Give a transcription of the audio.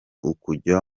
ukujya